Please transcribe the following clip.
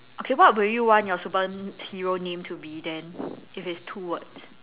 okay what would you want your superhero name to be then if it's two words